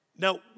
Now